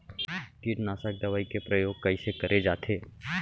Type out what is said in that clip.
कीटनाशक दवई के प्रयोग कइसे करे जाथे?